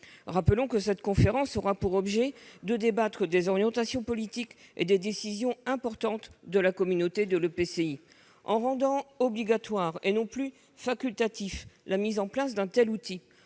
Rappelons que cette instance aura pour objet de débattre des orientations politiques et des décisions importantes de l'EPCI. En rendant obligatoire, et non plus facultative, la mise en place d'un tel outil,